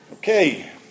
Okay